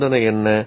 நிபந்தனை என்ன